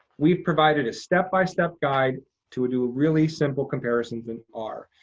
we've provided a step-by-step guide to do really simple comparisons in r.